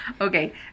Okay